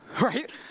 Right